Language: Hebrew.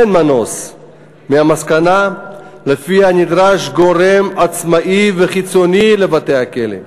אין מנוס מהמסקנה שנדרש גורם עצמאי וחיצוני לבתי-הכלא,